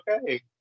okay